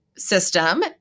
System